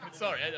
Sorry